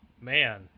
man